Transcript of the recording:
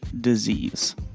disease